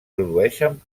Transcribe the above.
produïxen